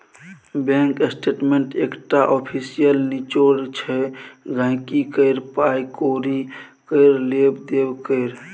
bank statement एकटा official निचोड़ छै गांहिकी केर पाइ कौड़ी केर लेब देब केर